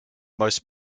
most